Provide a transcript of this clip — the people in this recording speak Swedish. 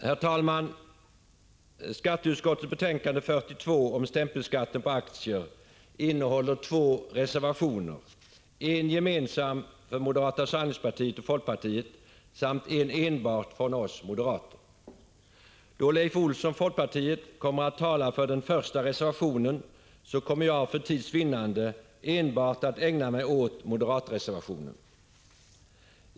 Herr talman! Skatteutskottets betänkande 42 om stämpelskatten på aktier innehåller två reservationer, en gemensam för moderata samlingspartiet och folkpartiet samt en från enbart oss moderater. Då Leif Olsson, folkpartiet, kommer att tala för den första reservationen, kommer jag för tids vinnande att ägna mig enbart åt moderatreservationen.